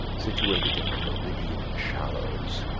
situated in the meridian shallows.